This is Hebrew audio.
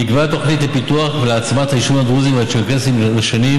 נקבעה תוכנית לפיתוח ולהעצמה של היישובים הדרוזיים והצ'רקסיים לשנים